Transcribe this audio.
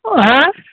অঁ হেঁ